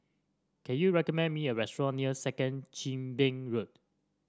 can you recommend me a restaurant near Second Chin Bee Road